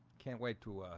can't wait to ah